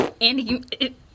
Andy